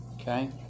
okay